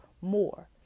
more